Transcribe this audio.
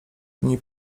dni